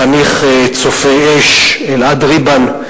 חניך "צופי אש" אלעד ריבן,